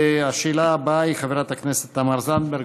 השאלה הבאה היא של חברת הכנסת תמר זנדברג.